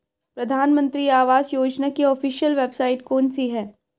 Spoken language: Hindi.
प्रधानमंत्री आवास योजना की ऑफिशियल वेबसाइट कौन सी है?